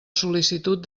sol·licitud